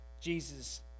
Jesus